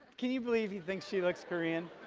can you believe he thinks she looks korean?